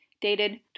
Dated